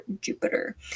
Jupiter